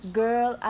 girl